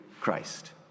christ